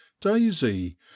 Daisy